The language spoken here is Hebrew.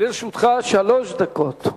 לרשותך שלוש דקות.